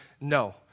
no